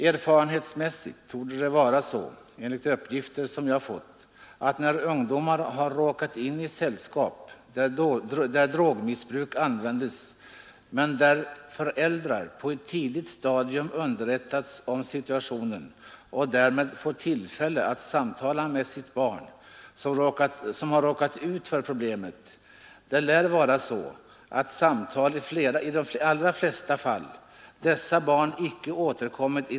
Enligt de uppgifter jag fått är det också på det sättet, att när ungdomar har hamnat i sällskap där man missbrukar narkotika och föräldrarna fått kännedom härom på ett tidigt stadium och sålunda kunnat samtala med sina barn, då har barnen inte gått tillbaka till kretsen av missbrukare.